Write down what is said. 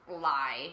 Lie